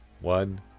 one